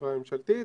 החברה הממשלתית,